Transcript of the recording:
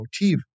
motif